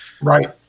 Right